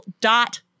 dot